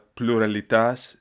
pluralitas